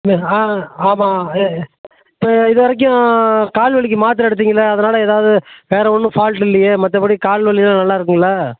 ஆமாம் இப்போ இது வரைக்கும் கால் வலிக்கு மாத்திரை எடுத்தீர்கள்ல அதனால் ஏதாவது வேறு ஒன்றும் ஃபால்ட் இல்லையே மற்றபடி கால் வலிலாம் நல்லாயிருக்குங்ளா